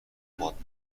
باد